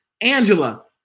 Angela